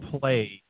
play